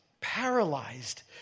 paralyzed